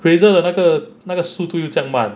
razor 的那个那个速度又这样慢